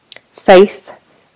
faith